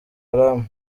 haram